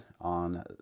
on